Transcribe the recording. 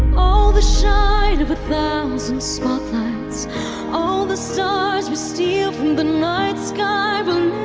all the shine of a thousand spotlights all the stars we steal from the night sky will